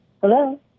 Hello